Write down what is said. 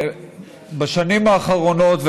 בשנים האחרונות,